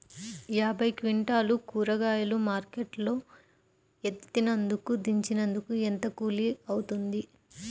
యాభై క్వింటాలు కూరగాయలు మార్కెట్ లో ఎత్తినందుకు, దించినందుకు ఏంత కూలి అవుతుంది?